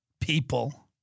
people